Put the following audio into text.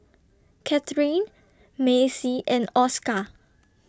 Katherine Macy and Oscar